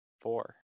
Four